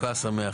חנוכה שמח.